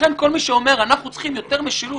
לכן כל מי שאומר שאנחנו צריכים יותר משילות,